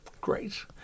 Great